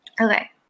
okay